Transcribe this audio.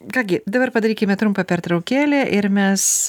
ką gi dabar padarykime trumpą pertraukėlę ir mes